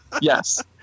yes